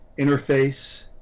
interface